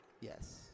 Yes